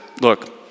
look